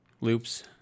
loops